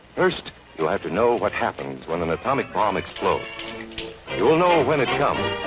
first you'll have to know what happens when an atomic bomb explodes you will know when it comes.